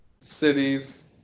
cities